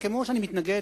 כמו שאני מתנגד,